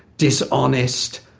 dishonest,